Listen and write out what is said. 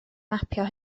mapio